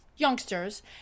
youngsters